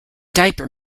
diaper